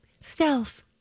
Stealth